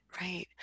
Right